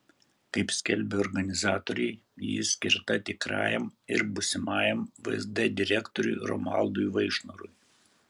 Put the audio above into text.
kaip skelbia organizatoriai ji skirta tikrajam ir būsimajam vsd direktoriui romualdui vaišnorui